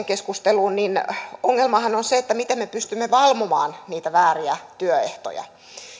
keskusteluun kuoliniskusta että ongelmahan on se miten me pystymme valvomaan niitä vääriä työehtoja